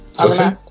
Okay